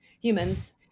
humans